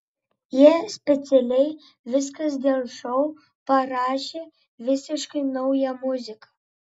jie specialiai viskas dėl šou parašė visiškai naują muziką